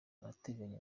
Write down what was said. arateganya